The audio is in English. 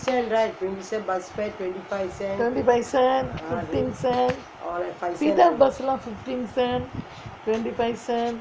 twenty five cent fifteen cent bus லாம்:laam fifteen cent twenty five cent